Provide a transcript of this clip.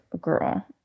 girl